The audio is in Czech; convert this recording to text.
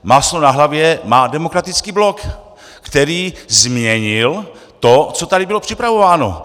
Máslo na hlavě má Demokratický blok, který změnil to, co tady bylo připravováno.